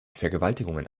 vergewaltigungen